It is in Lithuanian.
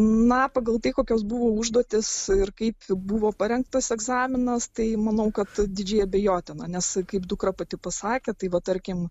na pagal tai kokios buvo užduotys ir kaip buvo parengtas egzaminas tai manau kad didžiai abejotina nes kaip dukra pati pasakė tai va tarkim